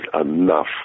enough